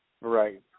Right